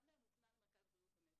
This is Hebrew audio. אחד מהם הופנה למרכז בריאות הנפש,